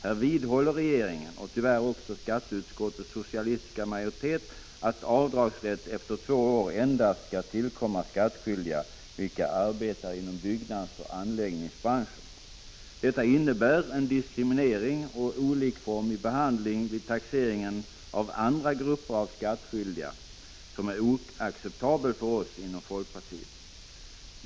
Här vidhåller regeringen — och tyvärr också skatteutskottets socialistiska majoritet — att avdragsrätt efter två år endast skall tillkomma skattskyldiga vilka arbetar inom byggnadsoch anläggningsbranschen. Detta innebär en diskriminering och olikformig behandling vid taxeringen av andra grupper av skattskyldiga som är oacceptabel för oss inom folkpartiet.